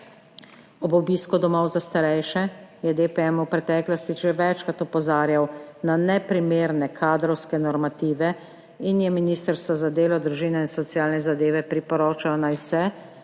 Ob obisku domov za starejše je DPM v preteklosti že večkrat opozarjal na neprimerne kadrovske normative in je Ministrstvu za delo, družino in socialne zadeve priporočal, naj se,